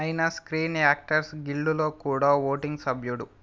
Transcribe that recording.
అయిన screen actors గిల్డ్లో కూడా ఓటింగ్ సభ్యుడు